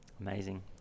Amazing